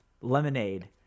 Lemonade